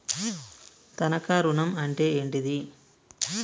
తనఖా ఋణం అంటే ఏంటిది?